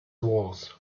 walls